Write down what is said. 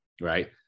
right